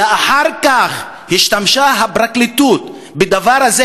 אלא אחר כך השתמשה הפרקליטות בדבר הזה